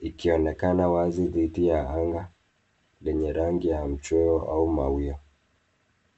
ikionekana wazi dhidi ya anga lenye rangi ya mchweo au mawia.